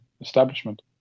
establishment